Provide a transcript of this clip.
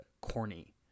corny